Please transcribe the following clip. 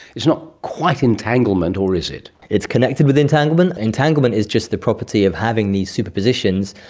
it's not quite entanglement, or is it? it's connected with entanglement. entanglement is just the property of having these superpositions,